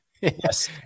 Yes